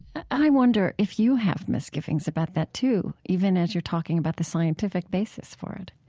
i wonder if you have misgivings about that too, even as you're talking about the scientific basis for it